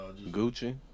Gucci